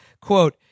quote